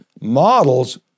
models